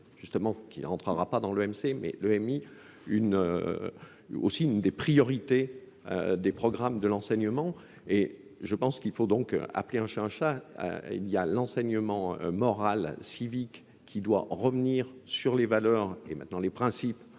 justement qui ne rentrera pas dans l'EMC, mais l'EMI aussi une des priorités des programmes de l'enseignement et je pense qu'il faut donc appeler un chat un chat, il y a l'enseignement moral, civique, qui doit revenir sur les valeurs et maintenant les principes